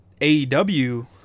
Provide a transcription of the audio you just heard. AEW